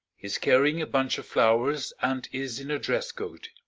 is carrying a bunch of flowers and is in a dress-coat.